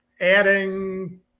adding